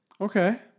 Okay